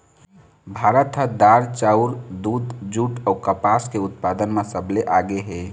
भारत ह दार, चाउर, दूद, जूट अऊ कपास के उत्पादन म सबले आगे हे